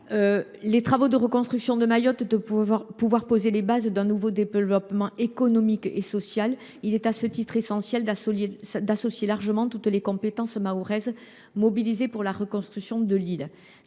Les travaux de reconstruction de Mayotte doivent permettre de poser les bases d’un nouveau développement économique et social. Il est à ce titre essentiel de leur associer largement toutes les compétences mahoraises mobilisées pour la reconstruction de l’île.